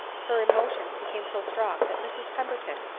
her emotions became so strong that mrs pemberton,